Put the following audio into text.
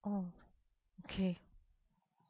oh okay